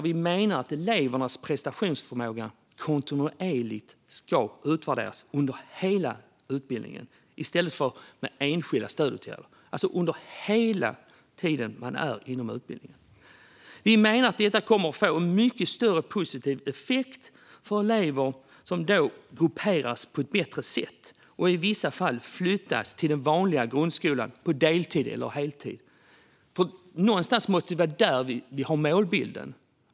Vi menar att elevernas prestationsförmåga ska utvärderas kontinuerligt under hela utbildningstiden i stället för att man vidtar enskilda stödåtgärder. Vi menar att detta kommer att få mycket större positiv effekt för eleverna, som då grupperas på ett bättre sätt och i vissa fall flyttas till den vanliga grundskolan på deltid eller heltid. Någonstans där måste vi ha målbilden.